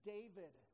David